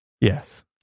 Yes